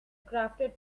crafted